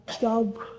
job